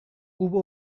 hubo